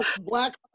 black